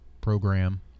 program